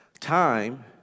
Time